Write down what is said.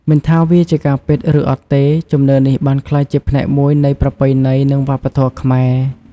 មិនថាវាជាការពិតឬអត់ទេ ជំនឿនេះបានក្លាយជាផ្នែកមួយនៃប្រពៃណីនិងវប្បធម៌ខ្មែរ។